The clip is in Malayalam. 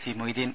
സി മൊയ്തീൻ